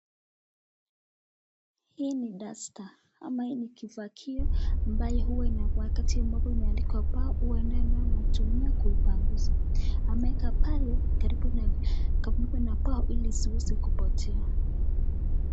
Hii ni duster ama hii ni kifagio ambayo huwa wakati ambayo imeandikwa ubao huenda na unatumia kuipanguza, ameeka pale karibu na ubao ili isiweze kupotea.